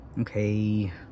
Okay